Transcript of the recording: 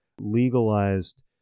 legalized